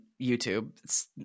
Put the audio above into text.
YouTube